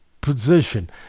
position